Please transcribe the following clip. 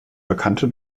bekannte